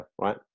right